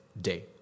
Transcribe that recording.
day